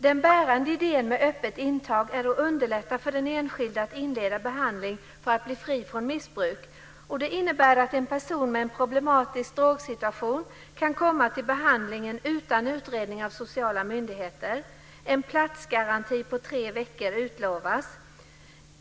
Den bärande idén med öppet intag är att underlätta för den enskilde att inleda behandling för att bli fri från missbruk. Det innebär att en person med en problematisk drogsituation kan komma till behandlingen utan utredning av sociala myndigheter. En platsgaranti på tre veckor utlovas.